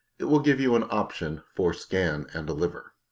it will give you an option for scan and deliver.